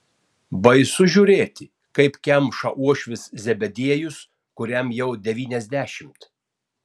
baisu žiūrėti kaip kemša uošvis zebediejus kuriam jau devyniasdešimt